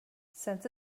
since